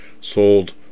sold